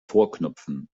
vorknöpfen